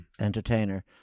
entertainer